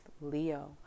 Leo